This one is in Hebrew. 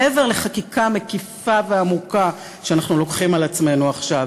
מעבר לחקיקה מקיפה ועמוקה שאנחנו לוקחים על עצמנו עכשיו,